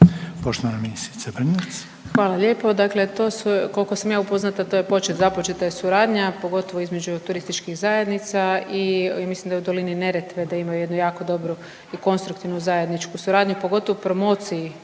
**Brnjac, Nikolina (HDZ)** Hvala lijepo. Dakle, to se koliko sam ja upoznata to je, započeta je suradnja pogotovo između turističkih zajednica i mislim da u dolini Neretve da imaju jednu jako dobru i konstruktivnu zajedničku suradnju pogotovo u promociji